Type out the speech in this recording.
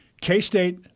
K-State